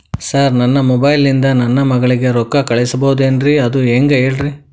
sir ನನ್ನ mobile ಇಂದ ನನ್ನ ಮಗಳಿಗೆ ರೊಕ್ಕಾ ಕಳಿಸಬಹುದೇನ್ರಿ ಅದು ಹೆಂಗ್ ಹೇಳ್ರಿ